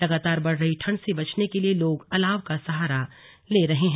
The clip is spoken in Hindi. लगातार बढ़ रही ठंड से बचने के लिए लोग अलाव का सहारा ले रहे हैं